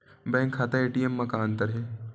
Bank खाता ATM मा का अंतर हे?